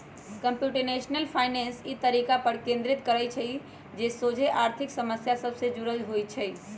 computational finance इ तरीका पर केन्द्रित करइ छइ जे सोझे आर्थिक समस्या सभ से जुड़ल होइ छइ